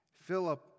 Philip